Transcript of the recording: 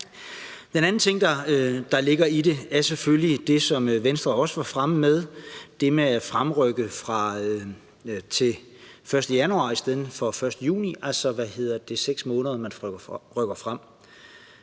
En anden ting, der ligger i det, er selvfølgelig det, som Venstre også var fremme med, nemlig det med at fremrykke til 1. januar i stedet for 1. juni – altså de 6 måneder, man rykker frem.